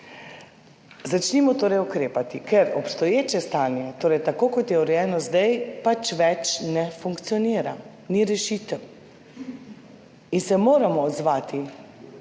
Začnimo torej ukrepati, ker obstoječe stanje, torej tako, kot je urejeno zdaj, pač več ne funkcionira. Ni rešitev. In se moramo odzvati,